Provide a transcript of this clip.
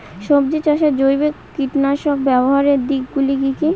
সবজি চাষে জৈব কীটনাশক ব্যাবহারের দিক গুলি কি কী?